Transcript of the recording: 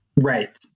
Right